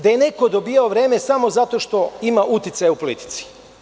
Tu je neko dobijao vreme samo zato što je imao uticaja u politici.